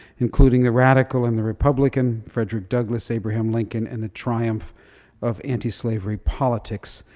including the radical and the republican frederick douglass, abraham lincoln, and the triumph of antislavery politics,